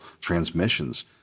transmissions